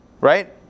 right